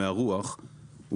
מהרוח,